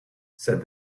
said